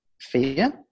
fear